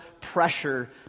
pressure